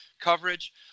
coverage